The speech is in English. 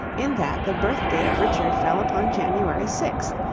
in that the birthday of richard fell upon january six,